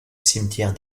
cimetière